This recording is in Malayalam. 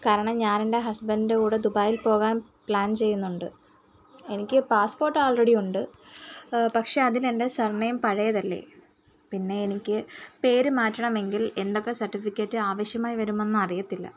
കാരണം ഞാനെൻ്റെ ഹസ്ബന്റിന്റെ കൂടെ ദുബായിൽ പോകാൻ പ്ലാൻ ചെയ്യുന്നുണ്ട് എനിക്ക് പാസ്പോർട്ട് ഓൾറെഡി ഉണ്ട് പക്ഷെ അതിനെൻ്റെ സമയം പഴയതല്ലേ പിന്നെ എനിക്ക് പേര് മാറ്റണമെങ്കിൽ എന്തൊക്കെ സർട്ടിഫിക്കറ്റ് ആവശ്യമായി വരുമെന്ന് അറിയത്തില്ല